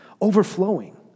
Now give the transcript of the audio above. overflowing